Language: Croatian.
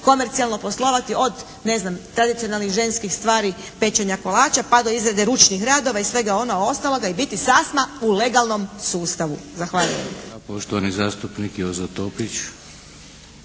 komercijalno poslovati od ne znam, tradicionalnih ženskih stvari pečenja kolača pa do izrade ručnih radova i svega ono ostaloga i biti sasma u legalnom sustavu. Zahvaljujem.